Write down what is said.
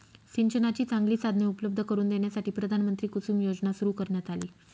सिंचनाची चांगली साधने उपलब्ध करून देण्यासाठी प्रधानमंत्री कुसुम योजना सुरू करण्यात आली